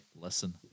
listen